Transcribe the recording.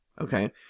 Okay